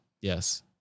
Yes